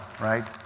right